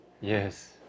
Yes